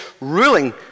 ruling